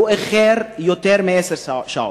הוא איחר יותר מעשר שעות.